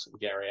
Gary